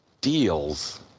deals